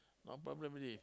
no problem already